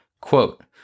Quote